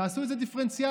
תעשו את זה דיפרנציאלי,